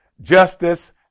justice